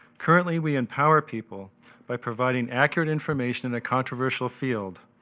currently, we empower people by providing accurate information in the controversial field